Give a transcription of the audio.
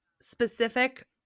specific